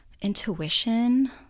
intuition